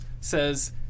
says